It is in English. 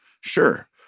Sure